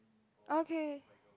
okay